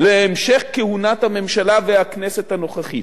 להמשך כהונת הממשלה והכנסת הנוכחית,